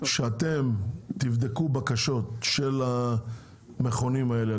שאתם תבדקו בקשות של המכונים האלה,